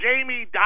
Jamie